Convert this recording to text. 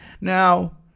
now